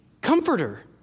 comforter